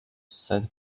set